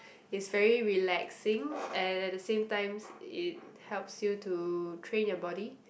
is very relaxing and at the same times it helps you to train your body